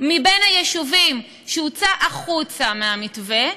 מבין היישובים שהוצא החוצה מהמתווה,